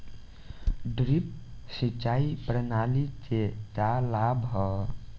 Drip सिंचाई प्रणाली के का लाभ ह?